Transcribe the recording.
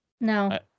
No